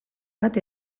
bat